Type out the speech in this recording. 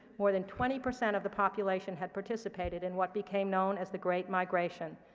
more than twenty percent of the population had participated in what became known as the great migration.